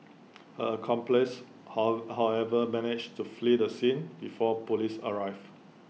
her accomplice how however managed to flee the scene before Police arrived